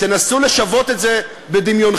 תנסו לשוות בדמיונכם,